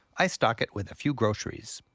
i stock it with a few groceries.